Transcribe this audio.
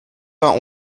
vingt